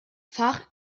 fach